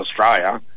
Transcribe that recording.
Australia